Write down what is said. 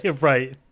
Right